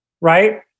Right